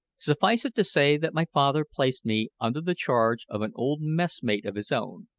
suffice it to say that my father placed me under the charge of an old messmate of his own,